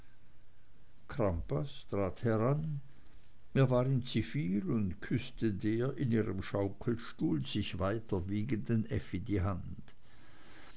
er war in zivil und küßte der in ihrem schaukelstuhl sich weiter wiegenden effi die hand